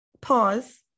Pause